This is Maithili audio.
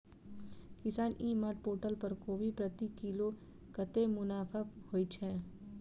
किसान ई मार्ट पोर्टल पर कोबी प्रति किलो कतै मुनाफा होइ छै?